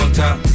top